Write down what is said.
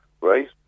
right